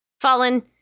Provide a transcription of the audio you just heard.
Fallen